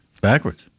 Backwards